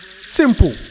Simple